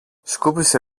σκούπισε